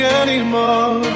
anymore